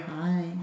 Hi